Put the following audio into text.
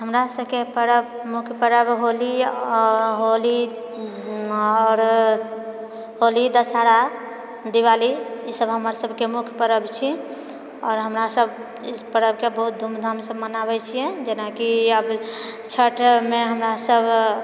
हमरा सभकेँ परब मुख्य परब होली आ होली आओर होली दशहरा दिवाली ई सभ हमर सभकेँ मुख्य परब छी आओर हमरा सभ इस परब के बहुत धूम धामसँ मनाबै छियै जेनाकि आब छठमे हमरा सभ